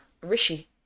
Rishi